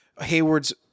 hayward's